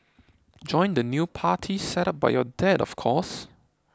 join the new party set up by your dad of course